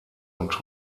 und